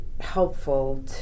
helpful